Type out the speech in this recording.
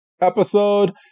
episode